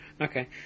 Okay